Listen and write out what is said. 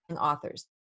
Authors